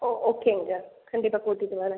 ஓ ஓகேங்க கண்டிப்பா கூட்டிகிட்டு வரேன்